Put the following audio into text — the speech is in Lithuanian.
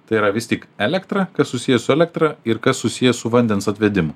tai yra vis tik elektra kas susiję su elektra ir kas susiję su vandens atvedimu